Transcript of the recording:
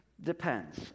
Depends